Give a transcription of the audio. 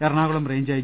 Ernakulam range I